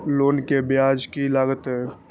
Loan के ब्याज की लागते?